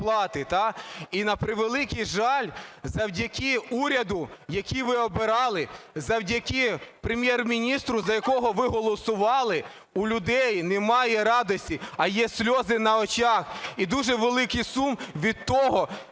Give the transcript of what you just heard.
І, на превеликий жаль, завдяки уряду, який ви обирали, завдяки Прем’єр-міністру, за якого ви голосували, у людей немає радості, а є сльози на очах і дуже великий сум від того